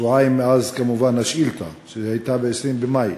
שבועיים מאז, כמובן, השאילתה, שהייתה ב-20 במאי,